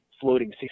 floating